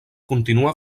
continua